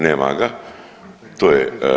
Nema ga, to je.